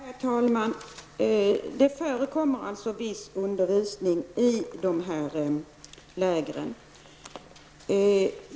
Herr talman! Det förekommer viss undervisning i lägren.